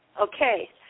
Okay